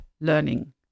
learning